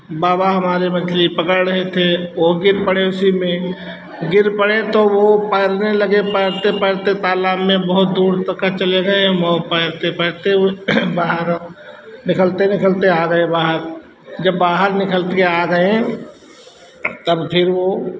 बाबा हमारे मछली पकड़ रहे थे वह गिर पड़े उसी में गिर पड़े तो वह पैरने लगे पैरते पैरते तालाब में बहुत दूर तक चले गए और पैरते पैरते बाहर निकलते निकलते आ गए बाहर जब बाहर निकलकर आ गए तब फिर वह